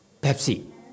Pepsi